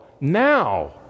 now